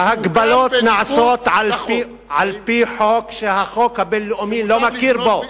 ההגבלות נעשות על-פי חוק שהחוק הבין-לאומי לא מכיר בו.